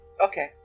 Okay